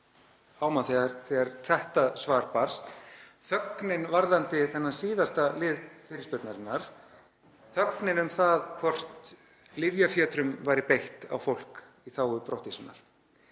mann, þegar þetta svar barst, þögnin varðandi þennan síðasta lið fyrirspurnarinnar, þögnin um það hvort lyfjafjötrum væri beitt á fólk í þágu brottvísunar,